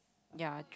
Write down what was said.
ya